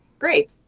great